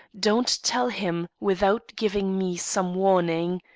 don't tell him without giving me some warning.